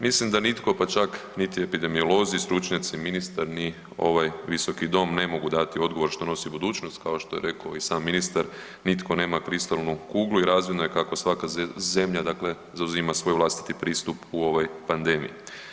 Mislim da nitko pa čak niti epidemiolozi, stručnjaci, ministra ni ovaj Visoki dom ne mogu dati odgovor što nosi budućnost, kao što je rekao i sam ministar, nitko nema kristalnu kuglu i razvidno je kako svaka zemlja dakle zauzima svoj vlastiti pristup u ovoj pandemiji.